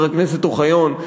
חבר הכנסת אוחיון,